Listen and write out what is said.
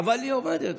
אבל היא עומדת.